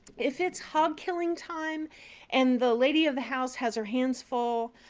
if it's hog-killing time and the lady of the house has her hands full,